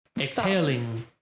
Exhaling